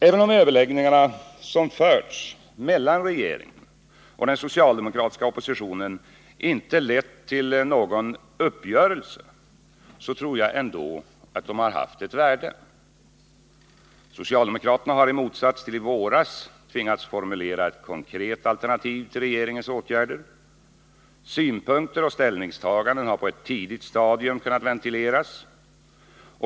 Även om de överläggningar som förts mellan regeringen och den socialdemokratiska oppositionen inte lett till någon uppgörelse, tror jag ändå att de haft ett värde. Socialdemokraterna har i motsats till i våras tvingats formulera ett konkret alternativ till regeringens åtgärder. Synpunkter och ställningstaganden har på ett tidigt stadium kunnat ventileras.